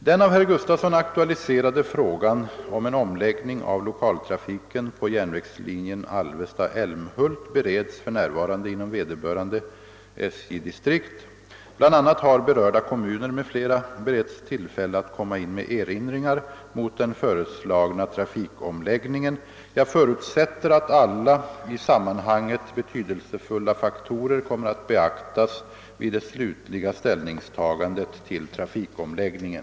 Den av herr Gustavsson aktualiserade frågan om en omläggning av lokaltrafiken på järnvägslinjen Alvesta —-Älmhult bereds för närvarande inom vederbörande SJ-distrikt. Bl. a. har berörda kommuner m.fl. beretts tillfälle att komma in med erinringar mot den föreslagna trafikomläggningen. Jag förutsätter att alla i sammanhanget betydelsefulla faktorer kommer att beaktas vid det slutliga ställningstagandet till trafikomläggningen.